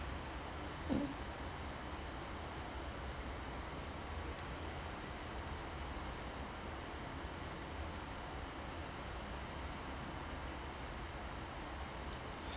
mm